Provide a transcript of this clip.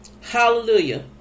Hallelujah